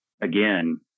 again